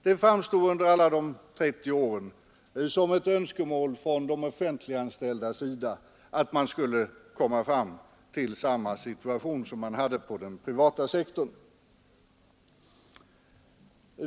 Det framstod under alla de 30 åren som ett önskemål från de offentliganställdas sida att uppnå samma situation som på den privata sektorn.